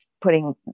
putting